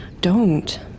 Don't